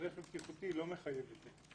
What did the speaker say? הילדה שלי היא היחידה בארץ עם המחלה הזאת.